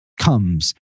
comes